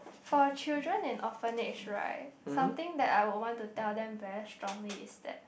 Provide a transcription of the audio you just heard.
for children and orphanage right something that I will want to tell them very strongly is that